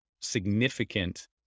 significant